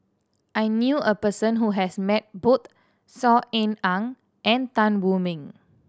I knew a person who has met both Saw Ean Ang and Tan Wu Meng